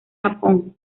japón